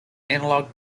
analogue